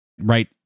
right